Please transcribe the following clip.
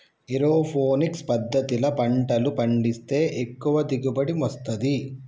aeroponics పద్దతిల పంటలు పండిస్తే ఎక్కువ దిగుబడి వస్తది